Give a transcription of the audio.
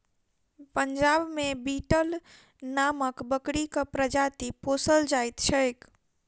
पंजाब मे बीटल नामक बकरीक प्रजाति पोसल जाइत छैक